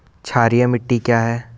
क्षारीय मिट्टी क्या है?